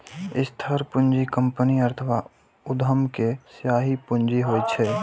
स्थिर पूंजी कंपनी अथवा उद्यम के स्थायी पूंजी होइ छै